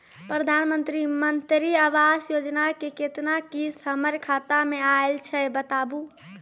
प्रधानमंत्री मंत्री आवास योजना के केतना किस्त हमर खाता मे आयल छै बताबू?